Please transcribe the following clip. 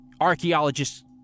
archaeologists